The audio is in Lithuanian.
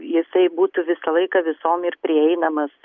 jisai būtų visą laiką visom ir prieinamas